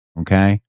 Okay